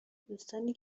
دوستانی